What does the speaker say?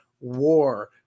war